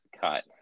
cut